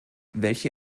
welche